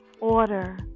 Order